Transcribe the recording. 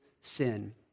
sin